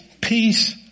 peace